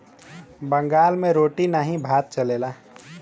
बंगाल मे रोटी नाही भात चलेला